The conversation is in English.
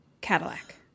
Cadillac